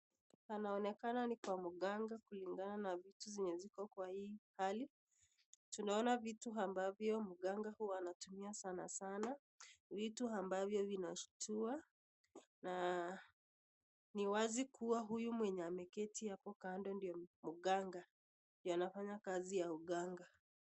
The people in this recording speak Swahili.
Panaonekana ni kwa mganga kulingana na vitu venye ziko kwa hii hali, tunaona vitu ambavyo mganga huwa anatumia sanasana, vitu ambavyo vinashtua na ni wazi kuwa huyu mwenye ameketi hapo kando ndio mganga juu anafanya kazi ya uganga.